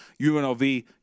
UNLV